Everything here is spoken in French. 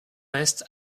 ouest